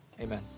Amen